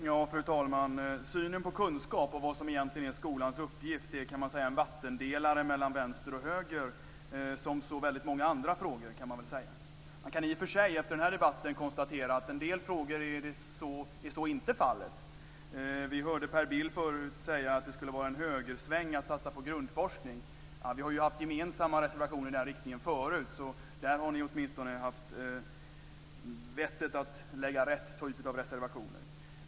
Fru talman! Synen på kunskap och vad som egentligen är skolans uppgift kan sägas vara en vattendelare mellan vänster och höger, precis som väldigt många andra frågor. Man kan i och för sig efter den här debatten konstatera att i en del frågor är så inte fallet. Vi hörde förut Per Bill säga att det skulle vara en högersväng att satsa på grundforskning. Vi har ju haft gemensamma reservationer i den riktningen förut, så där har ni åtminstone haft vett att lägga fram rätt typ av reservationer.